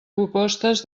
propostes